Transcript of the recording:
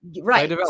Right